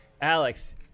Alex